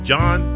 John